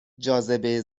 جاذبه